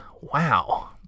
Wow